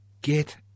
get